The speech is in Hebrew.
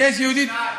יש שניים.